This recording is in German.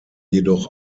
jedoch